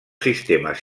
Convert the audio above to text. sistemes